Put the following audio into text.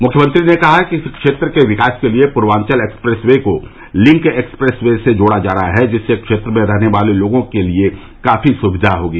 मुख्यमंत्री ने कहा कि इस क्षेत्र के विकास के लिए पूर्वान्चल एक्सप्रेस वे को लिंक एक्सप्रेस वे से जोड़ा जा रहा है जिससे इस क्षेत्र में रहने वाले लोगों के लिए काफी सुविधा होगी